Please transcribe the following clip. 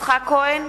יצחק כהן,